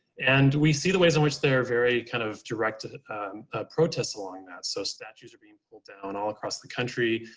and we see the ways in which they're very kind of directed protests along that. so statues are being pulled down all across the country,